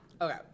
Okay